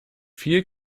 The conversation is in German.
viel